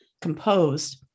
composed